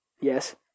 Yes